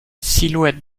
silhouette